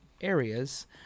areas